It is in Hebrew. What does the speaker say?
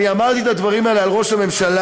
אני אמרתי את הדברים האלה על ראש הממשלה,